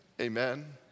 Amen